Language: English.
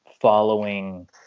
following